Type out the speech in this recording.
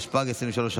התשפ"ג 2023,